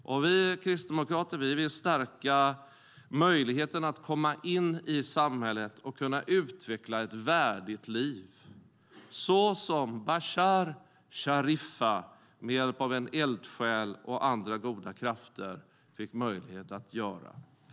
Vi kristdemokrater vill stärka möjligheten att komma in i samhället och utveckla ett värdigt liv, så som Bashar Sharifah med hjälp av en eldsjäl och andra goda krafter fick möjlighet att göra.